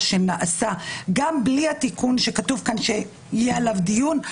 שנעשה גם בלי התיקון שכתוב כאן שיהיה עליו דיון.